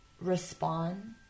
respond